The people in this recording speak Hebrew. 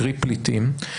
קרי פליטים,